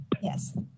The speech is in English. yes